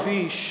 מספיק מביש,